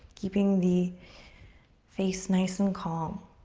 keeping the face nice and calm.